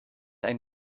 ein